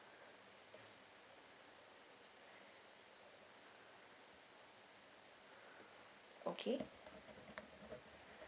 okay